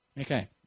Okay